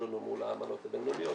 לנו מול האמנות הבין-לאומיות הוא נשמר,